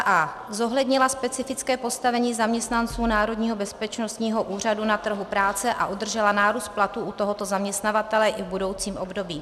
a) zohlednila specifické postavení zaměstnanců Národního bezpečnostního úřadu na trhu práce a udržela nárůst platů u tohoto zaměstnavatele i v budoucím období;